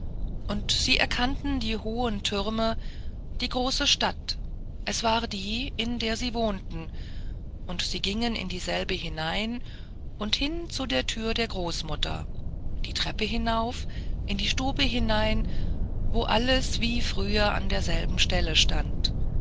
und sie erkannten die hohen türme die große stadt es war die in der sie wohnten und sie gingen in dieselbe hinein und hin zu der thür der großmutter die treppe hinauf in die stube hinein wo alles wie früher auf derselben stelle stand